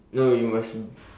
no you must